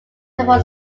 before